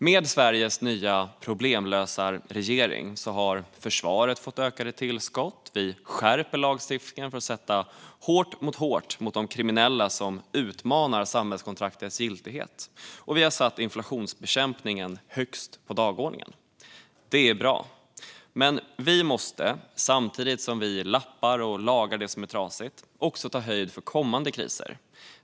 Med Sveriges nya problemlösarregering har försvaret fått ökade tillskott. Vi skärper lagstiftningen för att sätta hårt mot hårt mot de kriminella som utmanar samhällskontraktets giltighet. Vi har också satt inflationsbekämpningen högst på dagordningen. Det är bra. Men vi måste, samtidigt som vi lappar och lagar det som är trasigt, också ta höjd för kommande kriser.